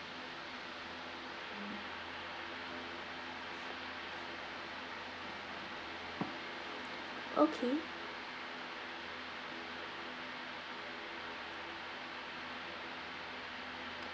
okay